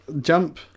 jump